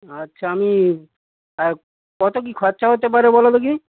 আচ্ছা আমি আর কত কী খরচা হতে পারে বলো দেখি